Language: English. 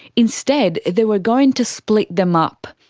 instead they were going to split them up.